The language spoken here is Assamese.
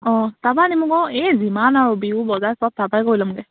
অঁ তাৰপৰাই আনিম আকৌ এই যিমান আৰু বিহু বজাৰ চব তাৰপৰাই কৰি ল'মগে